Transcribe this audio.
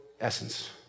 essence